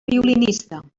violinista